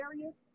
areas